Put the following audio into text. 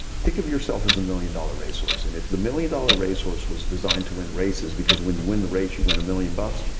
think of yourself as a million dollar racehorse. and if the million dollar racehorse was designed to win races, because when you win the race you win a million bucks,